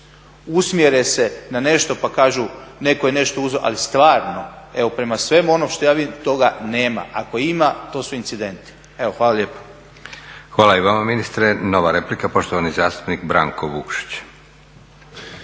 usmjere se na nešto pa kažu netko je nešto uzeo. Ali stvarno evo prema svemu onom što ja vidim, ako i ima to su incidenti. Evo, hvala lijepa.